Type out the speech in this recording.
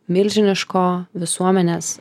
milžiniško visuomenės